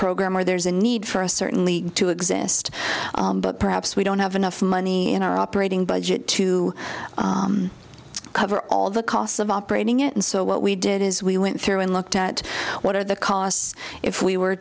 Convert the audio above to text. program where there's a need for us certainly to exist but perhaps we don't have enough money in our operating budget to cover all the costs of operating it and so what we did is we went through and looked at what are the costs if we were